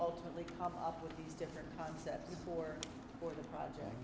ultimately come up with these different concepts for or the project